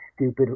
stupid